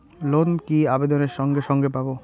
Loan কি আবেদনের সঙ্গে সঙ্গে পাব?